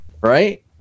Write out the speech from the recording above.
right